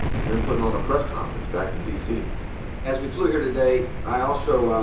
and then putting on a press conference back in d c as we flew here today, i also